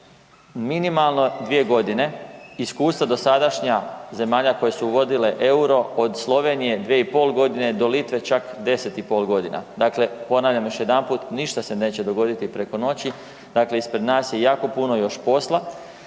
minimalno 2.g., iskustva dosadašnja zemalja koje su uvodile EUR-o, od Slovenije 2,5.g. do Litve čak 10,5.g. Dakle, ponavljam još jedanput, ništa se neće dogoditi preko noći, dakle ispred nas je jako puno još posla.